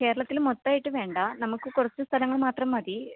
കേരളത്തിൽ മൊത്തമായിട്ട് വേണ്ട നമ്മൾക്ക് കുറച്ച് സ്ഥലങ്ങൾ മാത്രം മതി